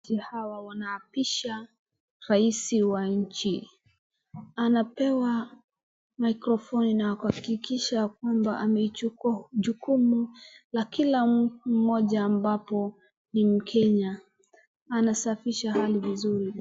Wananchi hawa wanaapisha rais wa nchi. Anapewa maikrofoni na kuhakikisha kwamba ameichukua jukumu la kila mmoja ambapo ni mkenya. Anasafisha hali vizuri.